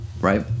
right